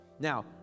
Now